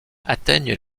atteignent